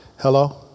Hello